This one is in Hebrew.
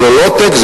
זה ל-low-tech,